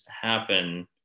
happen